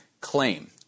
claim